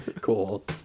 Cool